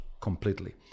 completely